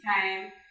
time